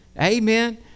Amen